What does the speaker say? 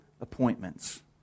appointments